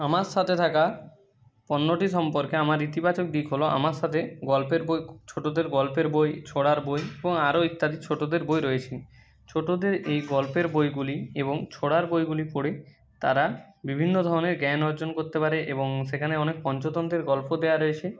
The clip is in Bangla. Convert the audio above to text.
আমার সাথে থাকা পণ্যটি সম্পর্কে আমার ইতিবাচক দিক হল আমার সাথে গল্পের বই ছোটদের গল্পের বই ছড়ার বই এবং আরও ইত্যাদি ছোটদের বই রয়েছে ছোটদের এই গল্পের বইগুলি এবং ছড়ার বইগুলি পড়ে তারা বিভিন্ন ধরনের জ্ঞান অর্জন করতে পারে এবং সেখানে অনেক পঞ্চতন্ত্রের গল্প দেওয়া রয়েছে